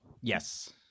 Yes